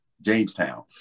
Jamestown